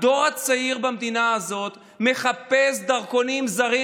הדור הצעיר במדינה הזאת מחפש דרכונים זרים